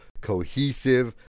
cohesive